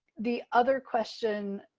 the other question